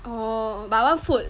oh but I want food